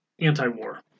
anti-war